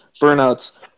Burnouts